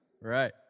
right